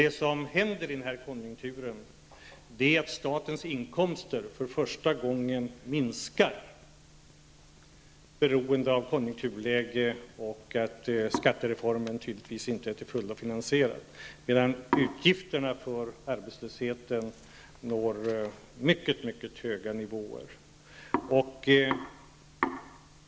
Det som händer i den här konjunkturen är att statens inkomster för första gången minskar, som ett resultat av konjunkturläget och av att skattereformen naturligtvis inte är till fullo finansierad. Utgifterna för arbetslösheten når däremot mycket mycket höga nivåer.